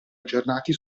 aggiornati